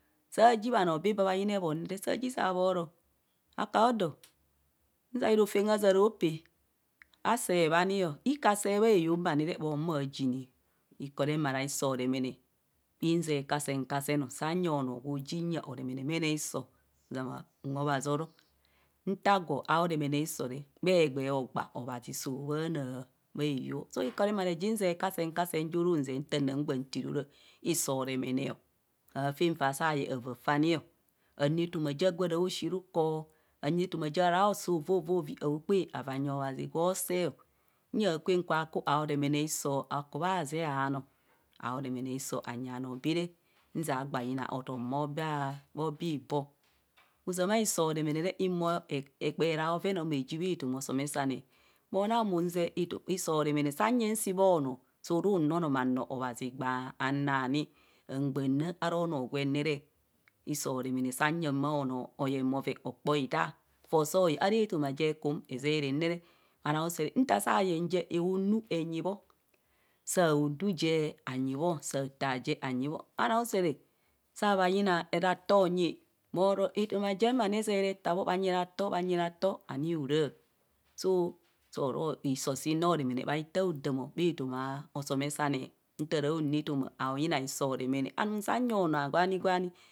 Saa ji bhanoo bee baa bha yina ebhom re saaji saa bhoro akaodo nzai rofem hazaro pee asee bhani o ikaa see bheyong ma ni re bho humo ayine o, ikoo remare aisoo remare inzee kasen kasen o. saa nye onoo gwo ji nye erememene hiso, ozama unwe othazi oro nta gwo au remene iso re bhe egbee ogba othazi soo bhanaa bhaeyeng soo ikoo remare ji zee kasen kasen ju ru gbu zee nta tii ora hisoo remene o aafen faa saa yee avaa fe ani o, anu etoma ja gwa raa shii rukor enu etoma ja raa saa ovovovi a kpaa en avaa nyi obhazi gwo see nya akwen ka ku aoremene isoo, aku bhazee anoo aoremene isoo anyi anoo baree nzia gba nyina otom bho be a bho bee iboo ozama iso remene re hihumo hekperee abhevon o ma yi bha toma osomesane moona mu zee iso oremene sanye si bho noo suru nọọnama noo abhazi gba na ni hegba nne aronoo gwen ne re hiso remene sanye bhonoo oyee bhoven okpataa foo soo yee ara etoma je kum ezee rem ne re bhanoo usere nta saa yen je anyi bho bha noo usere saa bhayina ratoo nyi bhoro etoma jem ani ezeere taa bho bhanyi ratoo bhanyi ratoo ani oraa, so hiso sinne horemene maita hodamo bha toma osomesane nta re nu etoma aoremene isoa, anu saa yeng onoo gwa ni gwa ni